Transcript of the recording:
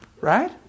Right